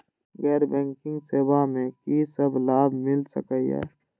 गैर बैंकिंग सेवा मैं कि सब लाभ मिल सकै ये?